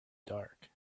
dark